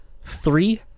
three